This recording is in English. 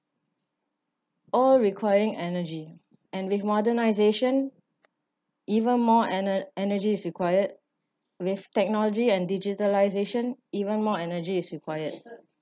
all requiring energy and with modernisation even more ene~ energy is required with technology and digitalisation even more energy is required